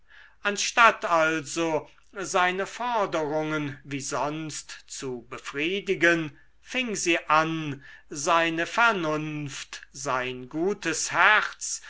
anstatt also seine forderungen wie sonst zu befriedigen fing sie an seine vernunft sein gutes herz